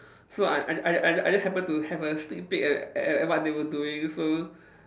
so I I I I I just happen to have a sneak peek at at what they were doing so